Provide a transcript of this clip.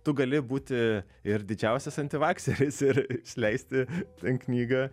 tu gali būti ir didžiausias antivakseris ir išleisti ten knygą